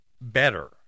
better